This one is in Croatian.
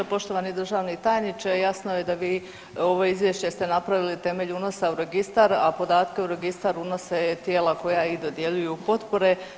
Poštovani državni tajniče jasno je da vi ovo izvješće ste napravili na temelju unosa u registar, a podatke u registar unose tijela koja i dodjeljuju potpore.